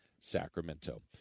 Sacramento